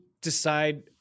decide –